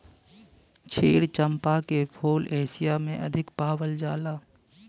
क्षीर चंपा के फूल एशिया में अधिक पावल जाला